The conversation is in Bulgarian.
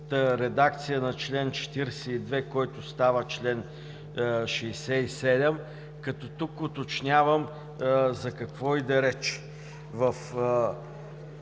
редакция на чл. 42, който става чл. 67. Тук уточнявам за какво иде реч.